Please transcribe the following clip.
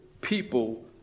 people